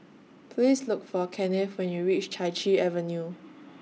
Please Look For Kennith when YOU REACH Chai Chee Avenue